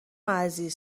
عزیز